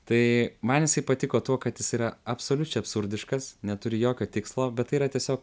tai man jisai patiko tuo kad jis yra absoliučiai absurdiškas neturi jokio tikslo bet tai yra tiesiog